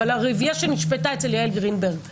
אבל הרביעייה שנשפטה אצל יעל גרינברג בשומרת.